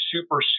super